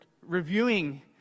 reviewing